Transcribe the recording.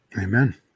Amen